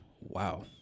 Wow